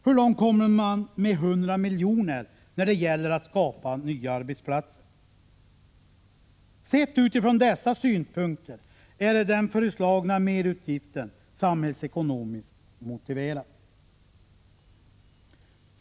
Hur långt kommer man med 100 miljoner när det gäller att skapa nya arbetsplatser? Sett utifrån dessa synpunkter är den föreslagna merutgiften samhällsekonomiskt motiverad.